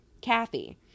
Kathy